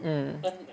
mm